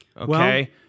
Okay